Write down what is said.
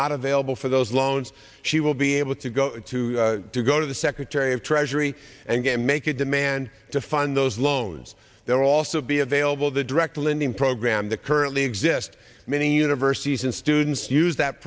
not available for those loans she will be able to go to to go to the secretary of treasury and make a demand to fund those loans they're also be available the direct lending program that currently exist many universities and students use that